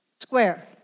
square